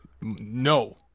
No